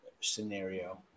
scenario